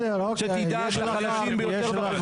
שתדאג לחלשים ביותר בחברה.